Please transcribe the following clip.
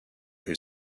who